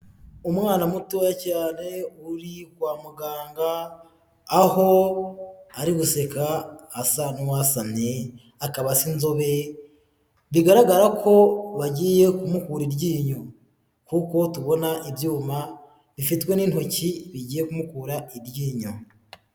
Umwana mutoya cyane uri kwa muganga aho ari guseka asa n'uwasamye akaba ari inzobe, bigaragara ko bagiye kumukura iryinyo, kuko tubona ibyuma bifitwe n'intoki bigiye kumukura iryinyo.